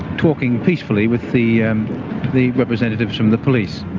talking peacefully with the and the representatives from the police.